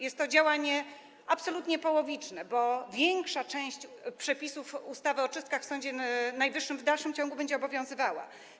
Jest to działanie absolutnie połowiczne, bo większa część przepisów ustawy o czystkach w Sądzie Najwyższym w dalszym ciągu będzie obowiązywała.